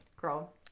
girl